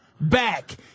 back